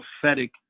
prophetic